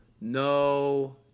no